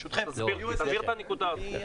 תבהיר את הנקודה הזו.